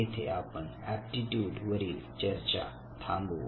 येथे आपण एप्टीट्यूड वरील चर्चा थांबवू